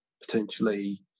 potentially